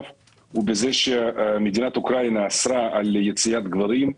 הוא בזה שמדינת אוקראינה אסרה על יציאת גברים.